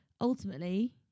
ultimately